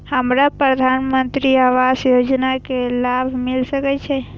हमरा प्रधानमंत्री आवास योजना के लाभ मिल सके छे?